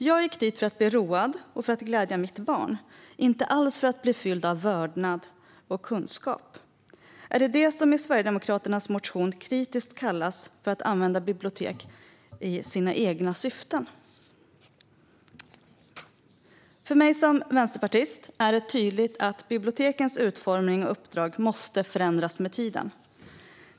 Jag gick dit för att bli road och glädja mitt barn, inte alls för att bli fylld av vördnad och kunskap. Är det detta som i Sverigedemokraternas motion kritiskt kallas för att använda bibliotek för sina egna syften? För mig som vänsterpartist är det tydligt att bibliotekens utformning och uppdrag måste förändras med tiden.